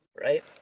right